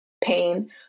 pain